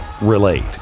relate